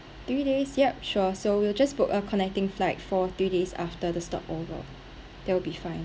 three days yup sure so we'll just book a connecting flight for three days after the stop over that will be fine